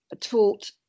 taught